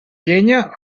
llenya